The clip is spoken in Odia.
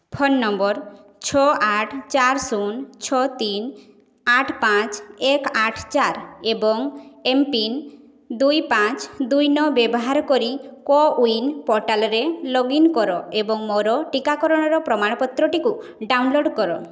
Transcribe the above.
ଫୋନ୍ ନମ୍ବର ଛଅ ଆଠ ଚାରି ଶୂନ ଛଅ ତିନି ଆଠ ପାଞ୍ଚ ଏକ ଆଠ ଚାରି ଏବଂ ଏମ୍ପିନ୍ ଦୁଇ ପାଞ୍ଚ ଦୁଇ ନଅ ବ୍ୟବହାର କରି କୋୱିନ୍ ପୋର୍ଟାଲ୍ରେ ଲଗ୍ଇନ୍ କର ଏବଂ ମୋର ଟିକାକରଣର ପ୍ରମାଣପତ୍ରଟିକୁ ଡାଉନଲୋଡ଼୍ କର